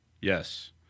yes